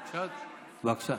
סליחה, אני מתנצלת, בבקשה.